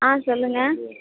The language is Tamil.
ஆ சொல்லுங்கள்